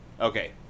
Okay